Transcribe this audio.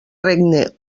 regne